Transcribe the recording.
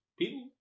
people